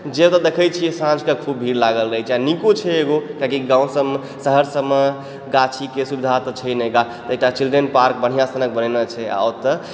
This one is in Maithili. जे देखय छी साँझमे खूब भीड़ लागल रहै छै आओर निको छै एगो ताकि गाँव सबमे शहर सबमे गाछीके सुविधा तऽ छै नहि तऽ एकटा चिल्ड्रन पार्क बढ़िआँ सनक बनौने छै आओर ओतऽ